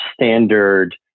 standard